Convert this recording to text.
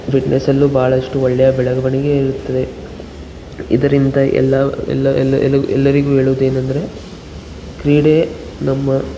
ಫಿಟ್ನೆಸಲ್ಲೂ ಬಹಳಷ್ಟು ಒಳ್ಳೆಯ ಬೆಳವಣಿಗೆ ಇರುತ್ತದೆ ಇದರಿಂದ ಎಲ್ಲ ಎಲ್ ಎಲ್ ಎಲ್ಲ ಎಲ್ಲರಿಗೂ ಹೇಳುವುದೇನೆಂದರೆ ಕ್ರೀಡೆ ನಮ್ಮ